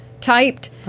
typed